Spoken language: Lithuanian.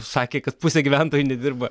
sakė kad pusė gyventojų nedirba